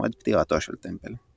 מועד פטירתו של טמפל.